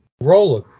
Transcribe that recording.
roller